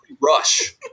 Rush